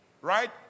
right